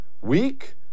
weak